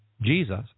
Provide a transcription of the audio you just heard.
Jesus